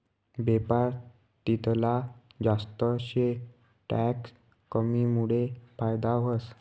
बेपार तितला जास्त शे टैक्स कमीमुडे फायदा व्हस